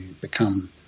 become